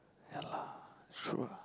ya lah true ah